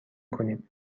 کنید